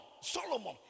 Solomon